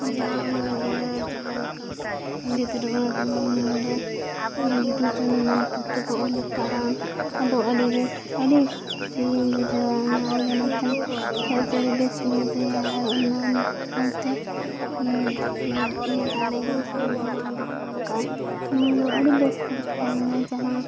ᱡᱟᱦᱟᱸᱭ ᱚᱱᱚᱞᱤᱭᱟᱹ ᱡᱟᱦᱟᱸ ᱞᱮᱠᱟ ᱯᱚᱸᱰᱤᱛ ᱨᱚᱜᱷᱩᱱᱟᱛᱷ ᱢᱩᱨᱢᱩ ᱫᱚ ᱵᱤᱫᱩᱼᱪᱟᱸᱫᱟᱱ ᱯᱚᱛᱚᱵᱽᱼᱮ ᱚᱞᱟᱠᱟᱫᱟ ᱟᱫᱚ ᱟᱹᱰᱤᱵᱮᱥ ᱟᱹᱰᱤ ᱠᱩᱥᱤᱜᱮᱧ ᱵᱩᱡᱷᱟᱹᱣᱟ ᱚᱱᱟ ᱟᱹᱰᱤ ᱵᱮᱥᱜᱮᱧ ᱵᱩᱡᱷᱟᱹᱣᱟ ᱟᱨ ᱚᱱᱟ ᱥᱟᱶᱛᱮ ᱫᱟᱲᱮ ᱜᱮ ᱫᱷᱚᱱ ᱦᱚᱸ ᱟᱡᱜᱮ ᱚᱞᱟᱠᱟᱫᱟᱭ ᱩᱱᱤᱫᱚ ᱟᱹᱰᱤ ᱵᱮᱥᱦᱚᱲᱮ ᱛᱟᱦᱮᱸᱞᱮᱱᱟᱭ ᱡᱟᱦᱟᱸ